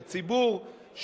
לציבור,